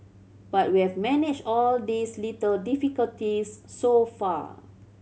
but we have managed all these little difficulties so far